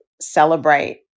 celebrate